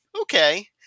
okay